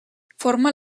forma